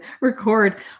record